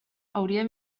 hauria